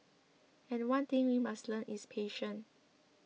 and one thing we must learn is patience